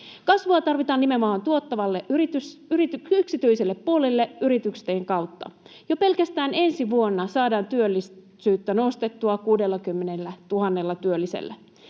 Kasvua tarvitaan nimenomaan tuottavalle yksityiselle puolelle yritysten kautta. Jo pelkästään ensi vuonna saadaan työllisyyttä nostettua 60 000 työllisellä.